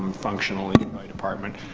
um functionally by department.